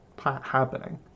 happening